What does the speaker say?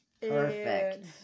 perfect